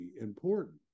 important